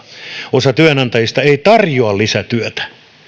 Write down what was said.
osa työnantajista ei tarjoa lisätyötä